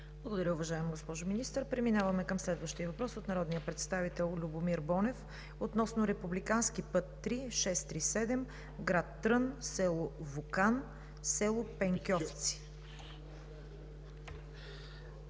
Благодаря Ви, уважаема госпожо Министър. Преминаваме към следващия въпрос – от народния представител Любомир Бонев, относно републикански път III-637: град Трън – село Вукан – село Пенкьовци.